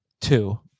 two